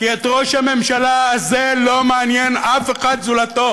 כי את ראש הממשלה הזה לא מעניין אף אחד זולתו